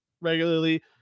regularly